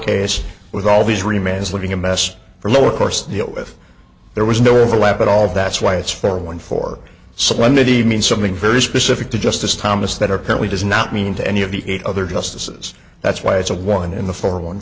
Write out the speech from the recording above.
case with all these remains looking a mess for lower course you know with there was no overlap at all that's why it's for one for someone that he means something very specific to justice thomas that are currently does not mean to any of the eight other justices that's why it's a one in the four one